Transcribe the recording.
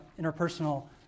interpersonal